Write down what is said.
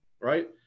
right